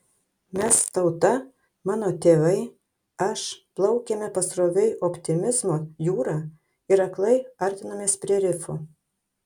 mes tauta mano tėvai aš plaukėme pasroviui optimizmo jūra ir aklai artinomės prie rifų